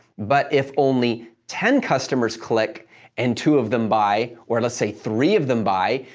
but if only ten customers click and two of them buy, or let's say three of them buy,